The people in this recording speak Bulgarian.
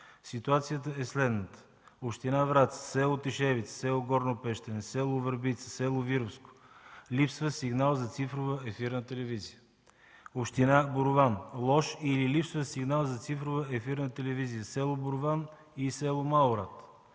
ситуацията е следната: община Враца: село Тишевица, село Горно Пещене, село Върбица и село Вировско – липсва сигнал за цифрова ефирна телевизия; община Борован – лош или липсващ сигнал за цифрова ефирна телевизия в село Борован и село Малорад;